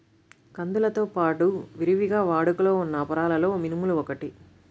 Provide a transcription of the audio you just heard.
కందులతో పాడు విరివిగా వాడుకలో ఉన్న అపరాలలో మినుములు ఒకటి